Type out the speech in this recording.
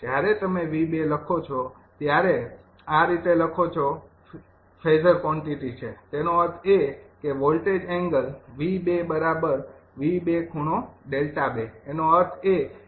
જ્યારે તમે 𝑉૨ લખો છો જ્યારે આ રીતે લખો છો ફેઝરં ક્વોનટિટી છે તેનો અર્થ એ કે વોલ્ટેજ એંગલ એનો અર્થ એ કે